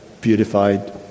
beautified